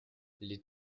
les